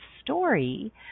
story